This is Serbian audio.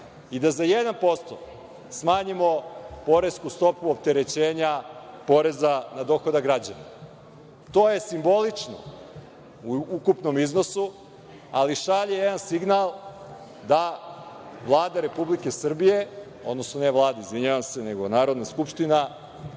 i da za 1% smanjimo poresku stopu opterećenja poreza na dohodak građana. To je simbolično u ukupnom iznosu, ali šalje jedan signal da Vlada Republike Srbije, odnosno, ne Vlada, izvinjavam se, nego Narodna skupština,